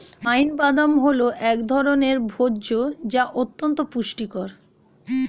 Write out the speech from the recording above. pine বাদাম হল এক ধরনের ভোজ্য যা অত্যন্ত পুষ্টিকর